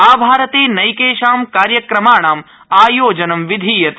आभारते नैकेषां कार्यक्रमाणाम् आयोजनं विधीयते